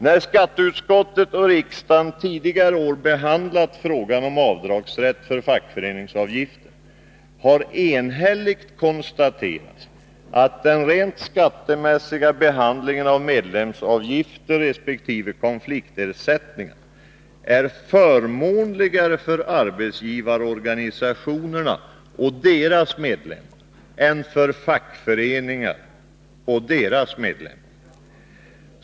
När skatteutskottet och riksdagen tidigare år behandlat frågan om avdragsrätt för fackföreningsavgiften, har enhälligt konstaterats att den rent skattemässiga behandlingen av medlemsavgifter resp. konfliktersättningar är förmånligare för arbetsgivarorganisationerna och deras medlemmar än för fackföreningar och deras medlemmar.